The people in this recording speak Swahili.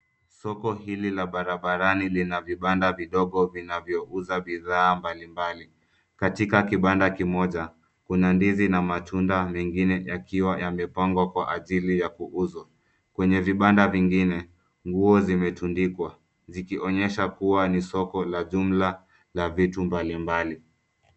Soko hili la barabarani lina vibanda vidogo vinavyouza bidhaa mbalimbali. Katika kibanda kimoja kuna ndizi na matunda mengine yakiwa yamepangwa kwa ajili ya kuuzwa. Kwenye vibanda vingine, nguo vimetundikwa zikionyesha kuwa ni soko la jumla la vitu mbalimbali.